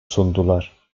sundular